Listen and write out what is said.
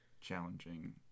challenging